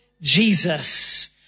Jesus